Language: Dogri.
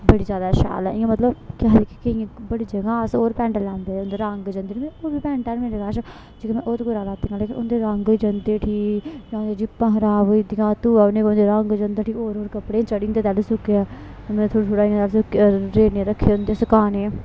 बड़ी ज्यादा शैल ऐ इ'यां मतलब केह् आखदे कि इ'यां बड़ी जगह् अस होर पैंट लैंदे उं'दा रंग जंदा न होर बी पैंटा हैन मेरे कश जेह्कियां में होर कुतै लैतियां उं'दे रंग बी जंदे उठी जां जिप्पां खराब होई जंदियां धोयै उ'नेंगी कोई उं'दा रंग जंदा उठी होर होर कपड़े च चढी जंदा तैलु सुक्की जान में थोह्ड़े थोह्ड़े इ'यां रेड़ने रक्खे होंदे सकानै